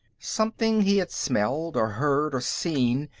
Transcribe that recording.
something he had smelled, or heard, or seen,